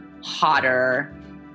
hotter